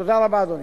תודה רבה, אדוני.